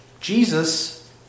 Jesus